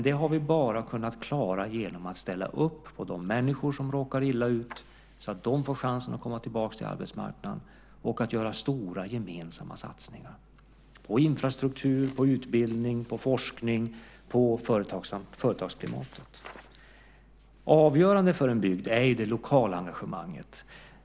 Det har vi bara kunnat klara genom att ställa upp på de människor som råkar illa ut, så att de får chansen att komma tillbaka till arbetsmarknaden, och att göra stora gemensamma satsningar på infrastruktur, på utbildning, på forskning och på företagsklimatet. Avgörande för en bygd är det lokala engagemanget.